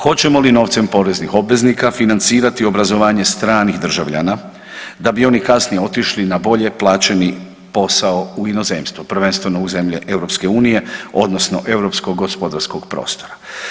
Hoćemo li novcem poreznih obveznika financirati obrazovanje stranih državljana da bi oni kasnije otišli na bolje plaćeni posao u inozemstvo, prvenstveno u zemlje EU odnosno europskog gospodarskog prostora?